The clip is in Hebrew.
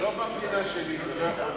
לא במדינה שלי, זה לא יכול להיות.